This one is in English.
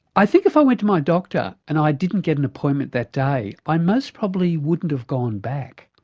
i think if i went to my doctor and i didn't get an appointment that day, i most probably wouldn't have gone back,